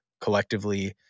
collectively